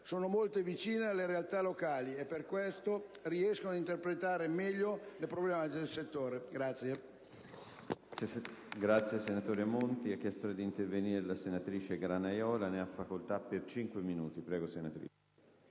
sono molto vicine alle realtà locali e per questo riescono ad interpretare in modo migliore le problematiche del settore.